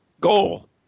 Goal